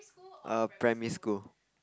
err primary school